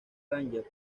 rangers